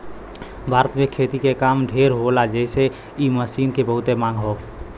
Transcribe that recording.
भारत में खेती के काम ढेर होला जेसे इ मशीन के बहुते मांग हौ